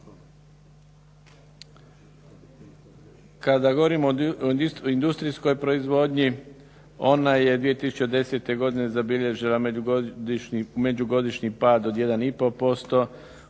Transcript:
Kada govorim o industrijskoj proizvodnji ona je 2010. godine zabilježila međugodišnji pad od 1,5%,